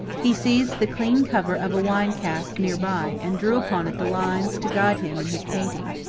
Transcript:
he seized the clean cover of a wine cask near by and drew upon it the lines to guide him in his painting.